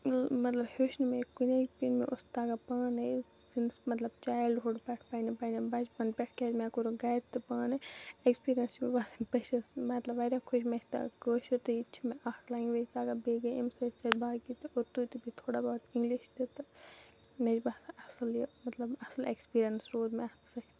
مطلب ہیوچھ نہٕ مےٚ کُنی کِنۍ مےٚ اوس تَگان پانے سِنٕس مطلب چَیلڑہُڑ پٮ۪ٹھ پَننہِ پَننہِ بَچپَن پٮ۪ٹھ کیازِ مےٚ کور گَرِ تہِ پانے ایٚکٕسپیٖریَنٕس چھُ مےٚ باسان بہٕ چھس مطلب واریاہ خۄش مےٚ چھُ تَگان کٲشُر تہٕ ییٚتہِ چھُ مےٚ اَکھ لینگویج تَگان بیٚیہِ اَمہِ سۭتۍ سۭتۍ باقٕے تہِ اردو تہِ بیٚیہِ تھوڑا بہت اِنگِلش تہِ مےٚ چھُ باسان اصل یہِ مطلب اصل ایٚکٕسپیٖریِنٕس رود مےٚ اَتھ سۭتۍ